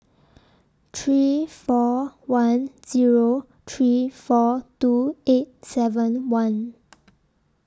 three four one Zero three four two eight seven one